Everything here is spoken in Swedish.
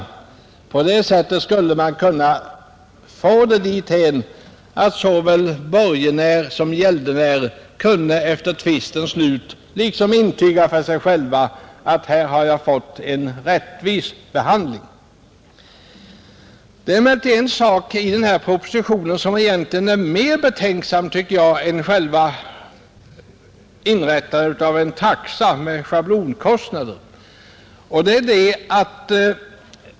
På det sättet skulle man kunna komma dithän att såväl borgenär som gäldenär efter tvistens slut liksom intygar för sig själva att de har fått en rättvis behandling. Det finns emellertid ett inslag i propositionen som egentligen är mer betänkligt än införandet av en schablontaxa.